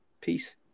peace